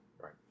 right